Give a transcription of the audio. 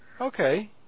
Okay